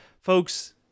Folks